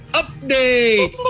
update